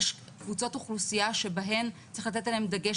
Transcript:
יש קבוצות אוכלוסייה שצריך עליהן דגש